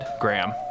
Graham